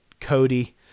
Cody